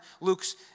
Luke's